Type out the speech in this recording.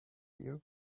you